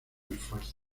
esfuerzo